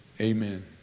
Amen